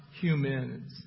humans